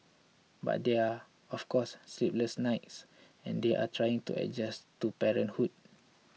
but there are of course sleepless nights and they are trying to adjust to parenthood